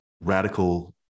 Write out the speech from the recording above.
radical